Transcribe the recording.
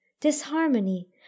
disharmony